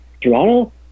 Toronto